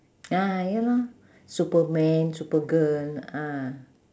ah ya lor super man super girl ah